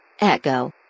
Echo